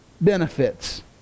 benefits